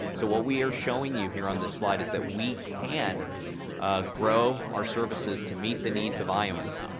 so what we're showing you here on this slide is that we can grow our services to meet the needs of islands,